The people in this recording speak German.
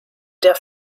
der